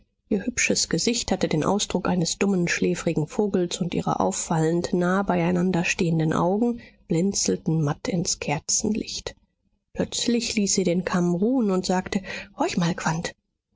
ihr hübsches gesicht hatte den ausdruck eines dummen schläfrigen vogels und ihre auffallend nah beieinander stehenden augen blinzelten matt ins kerzenlicht plötzlich ließ sie den kamm ruhen und sagte horch mal